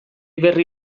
berri